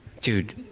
Dude